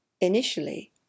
initially